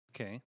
Okay